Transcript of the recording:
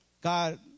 God